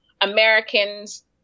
Americans